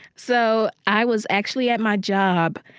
so i was actually at my job.